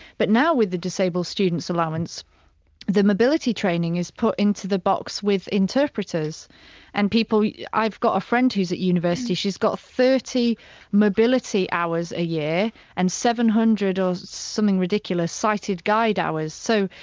but now with the disabled students allowance the mobility training is put into the box with interpreters and people i've got a friend who's at university, she's got thirty mobility hours a year and seven hundred or something ridiculous sighted guide hours. so,